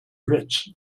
rich